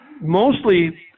mostly